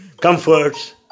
comforts